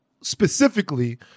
specifically